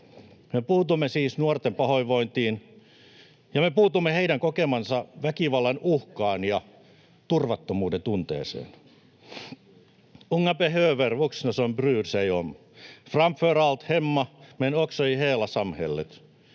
Me puutumme siis nuorten pahoinvointiin, ja me puutumme heidän kokemaansa väkivallan uhkaan ja turvattomuudentunteeseen. Unga behöver vuxna som bryr sig om. Framför allt hemma, men också i hela samhället.